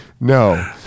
No